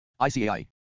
ICAI